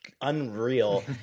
unreal